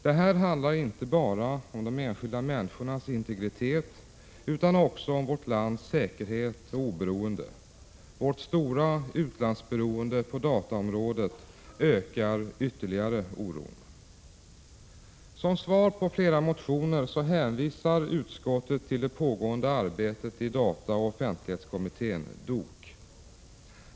Det här handlar inte bara om de enskilda människornas integritet utan också om vårt lands säkerhet och oberoende. Vårt stora utlandsberoende på dataområdet ökar ytterligare oron. Som svar på flera motioner hänvisar utskottet till det pågående arbetet i dataoch offentlighetskommittén, DOK.